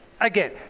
again